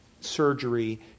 surgery